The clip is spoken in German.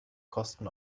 kosten